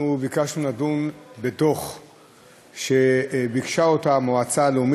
בצפון כפי ששוקפו על ידי בתי-החולים.